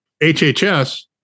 HHS